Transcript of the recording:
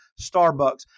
Starbucks